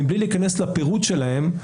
מבלי להיכנס לפירוט שלהם,